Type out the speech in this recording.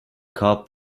cop